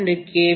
2 K